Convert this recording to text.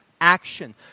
action